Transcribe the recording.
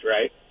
right